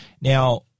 Now